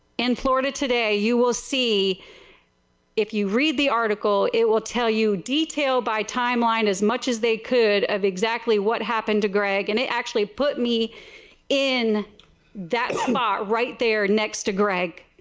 in florida today you will see if you read article it will tell you detail by time line as much as they could, of exactly what happened to greg and it actually put me in that spotted right there next to greg.